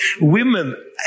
women